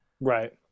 Right